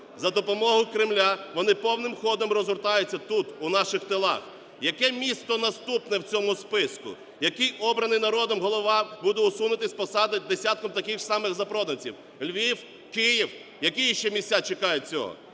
За допомогою Кремля вони повним ходом розгортаються тут, у наших тилах. Яке місто наступне в цьому списку? Який обраний народом голова буде усунутий з посади десятком таких же самих запроданців? Львів? Київ? Які іще міста чекають цього?